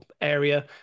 area